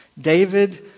David